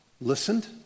listened